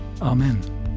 Amen